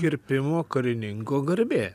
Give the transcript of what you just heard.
kirpimo karininko garbė